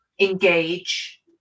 engage